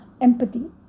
empathy